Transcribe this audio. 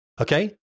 Okay